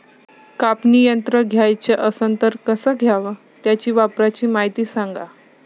कापनी यंत्र घ्याचं असन त कस घ्याव? त्याच्या वापराची मायती सांगा